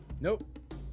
nope